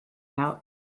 out